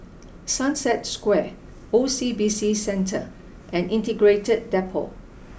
Sunset Square O C B C Centre and Integrated Depot